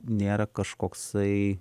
nėra kažkoksai